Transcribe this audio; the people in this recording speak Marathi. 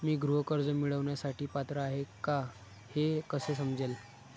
मी गृह कर्ज मिळवण्यासाठी पात्र आहे का हे कसे समजेल?